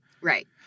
Right